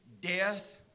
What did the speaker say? Death